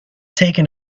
taken